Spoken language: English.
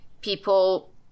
people